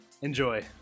Enjoy